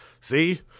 See